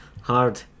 hard